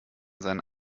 seinen